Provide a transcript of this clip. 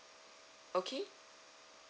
okay